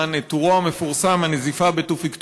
את טורו המפורסם "הנזיפה בתופיק טובי",